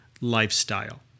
lifestyle